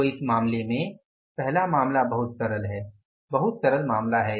तो इस मामले में पहला मामला बहुत सरल है बहुत सरल मामला है